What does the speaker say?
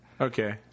Okay